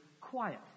quiet